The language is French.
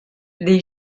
les